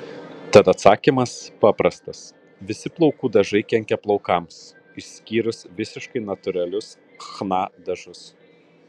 tad atsakymas paprastas visi plaukų dažai kenkia plaukams išskyrus visiškai natūralius chna dažus